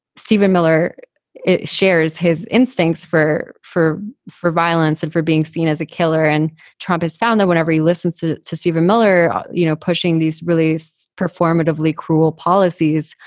steven miller shares his instincts for for for violence and for being seen as a killer. and trump has found that whenever he listens to to steven miller you know pushing these really so performative, like cruel policies,